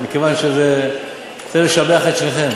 מכיוון שאני רוצה לשבח את שניכם.